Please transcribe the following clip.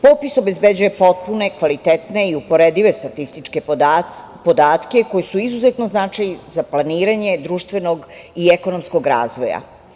Popis obezbeđuje potpune, kvalitetne i uporedive statistike podatke koji su izuzetno značajni za planiranje društvenog i ekonomskog razvoja.